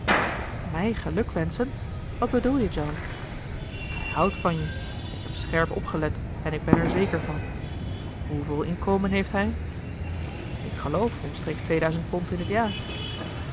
mij gelukwenschen wat bedoel je john hij houdt van je ik heb scherp opgelet en ik ben er zeker van hoeveel inkomen heeft hij ik geloof omstreeks tweeduizend pond in het jaar